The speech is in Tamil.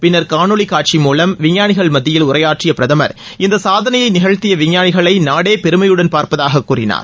பின்னர் காணோலி காட்சி மூலம் விஞ்ஞானி மத்தியில் உரையாற்றிய பிரதமர் இந்த சாதனையை நிகழ்த்திய விஞ்ஞானிகளை நாடே பெருமையுடன் பார்ப்பதாக கூறினார்